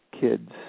kids